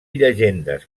llegendes